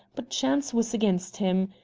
but chance was against him.